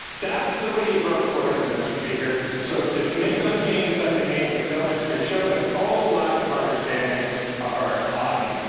that's the way you grow tourism, mr. speaker. so to to make those changes that they made to the film industry showed a total lack of understanding of our economy,